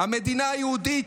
המדינה היהודית,